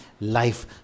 Life